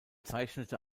zeichnete